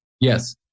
Yes